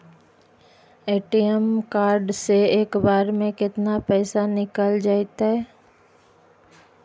ATM card से एक बार में केतना पैसा निकल जइतै?